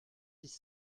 dix